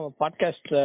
podcast